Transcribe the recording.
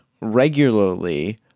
regularly